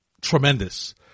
tremendous